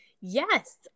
Yes